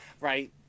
Right